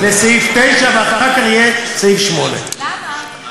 לסעיף 9, ואחר כך יהיה סעיף 8. למה?